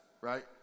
right